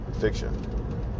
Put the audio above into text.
fiction